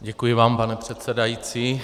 Děkuji vám, pane předsedající.